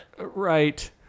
Right